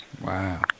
Wow